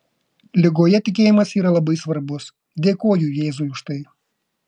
ligoje tikėjimas yra labai svarbus dėkoju jėzui už tai